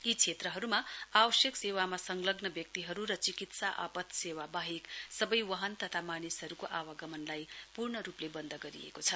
यी क्षेत्रहरूमा आवश्यक सेवामा संलग्न व्यक्तिहरू र चिकित्सा आपात सेवा वाहेक सबै वाहन तथा मानिसहरूको आवागमनलाई पूर्णरूपले बन्द गरिएको छ